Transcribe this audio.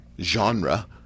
genre